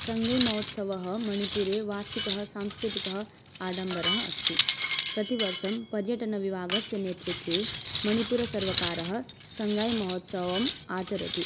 सङ्गैमहोत्सवः मणिपुरे वार्षिकः सांस्कृतिकः आडम्बरः अस्ति प्रतिवर्षं पर्यटनविभागस्य नेतृत्वेण मणिपुरसर्वकारः सङ्गैमहोत्सवम् आचरति